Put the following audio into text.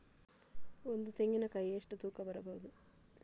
ಒಂದು ತೆಂಗಿನ ಕಾಯಿ ಎಷ್ಟು ತೂಕ ಬರಬಹುದು?